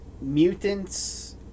mutants